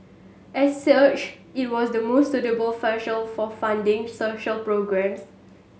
as such it was the most suitable for funding social programmes